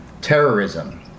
Terrorism